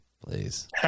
Please